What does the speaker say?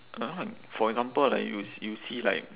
got for example like you you see like